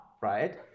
right